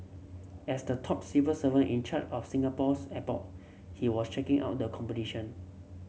as the top civil servant in charge of Singapore's airport he was checking out the competition